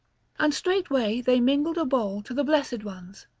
and straightway they mingled a bowl to the blessed ones,